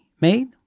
made